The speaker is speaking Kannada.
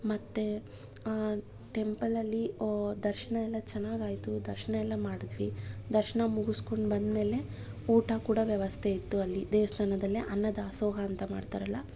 ಮತ್ತೆ ಆ ಟೆಂಪಲಲ್ಲಿ ದರ್ಶನ ಎಲ್ಲ ಚೆನ್ನಾಗಾಯಿತು ದರ್ಶನ ಎಲ್ಲ ಮಾಡಿದ್ವಿ ದರ್ಶನ ಮುಗಿಸ್ಕೊಂಡು ಬಂದಮೇಲೆ ಊಟ ಕೂಡ ವ್ಯವಸ್ಥೆ ಇತ್ತು ಅಲ್ಲಿ ದೇವಸ್ಥಾನದಲ್ಲಿ ಅನ್ನ ದಾಸೋಹ ಅಂತ ಮಾಡ್ತಾರಲ್ಲ